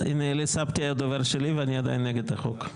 הנה, אלי סבטי היה דובר שלי ואני עדיין נגד החוק.